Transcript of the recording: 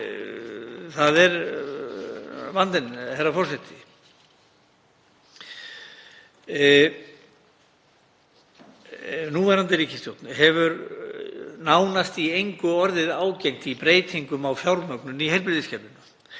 Það er vandinn, herra forseti. Núverandi ríkisstjórn hefur nánast í engu orðið ágengt í breytingum á fjármögnun í heilbrigðiskerfinu.